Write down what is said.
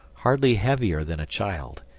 hardly heavier than a child,